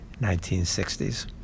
1960s